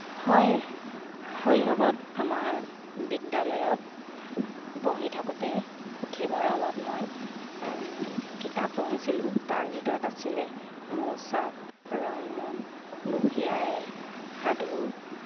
হয় শৈশৱত আমাৰ বিদ্যালয়ত পঢ়ি থাকোঁতে পুথিভঁৰালত মই কিতাপ পঢ়িছিলোঁ তাৰ ভিতৰত আছিলে মৌচাক ৰংমন বুঢ়ী আইৰ সাধু